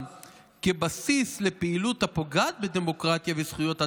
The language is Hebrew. כבסיס לפעילות הפוגעת בדמוקרטיה ובזכויות אדם",